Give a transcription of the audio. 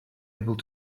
able